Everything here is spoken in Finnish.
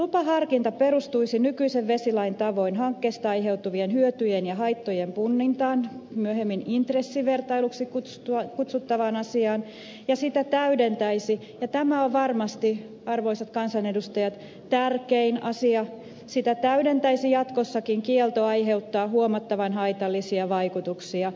lupaharkinta perustuisi nykyisen vesilain tavoin hankkeesta aiheutuvien hyötyjen ja haittojen punnintaan myöhemmin intressivertailuksi kutsuttavaan asiaan ja sitä täydentäisi ja tämä on varmasti arvoisat kansanedustajat tärkein asia jatkossakin kielto aiheuttaa huomattavan haitallisia vaikutuksia